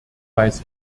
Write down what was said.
weiß